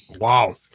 Wow